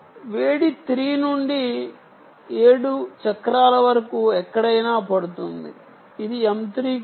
వేడి 3 నుండి 7 చక్రాల వరకు ఎక్కడైనా పడుతుంది ఇది M3 కోసం